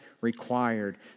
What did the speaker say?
required